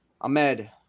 Ahmed